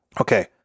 okay